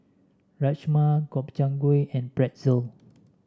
Rajma Gobchang Gui and Pretzel